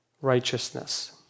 righteousness